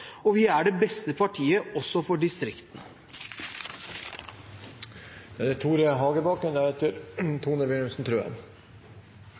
og vi er det beste partiet også for